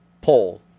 poll